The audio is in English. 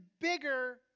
bigger